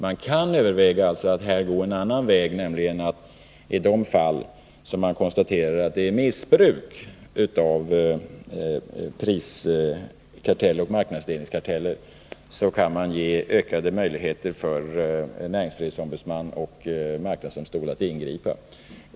Man kan överväga att här gå en annan väg, nämligen att i de fall som man konstaterar ett missbruk av priskarteller och marknadsdelningskarteller ge ökade möjligheter för näringsfrihetsombudsmannen och marknadsdomstolen att ingripa.